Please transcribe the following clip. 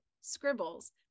scribbles